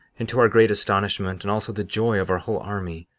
and to our great astonishment, and also the joy of our whole army,